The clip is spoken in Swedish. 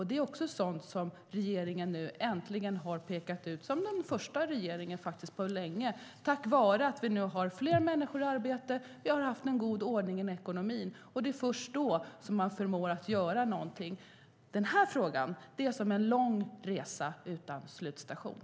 Detta är sådant som regeringen nu äntligen har pekat ut, som den första regeringen på länge, tack vare att vi nu har fler människor i arbete och har haft en god ordning i ekonomin. Det är först då som man förmår att göra någonting. Den här frågan är som en lång resa utan slutstation.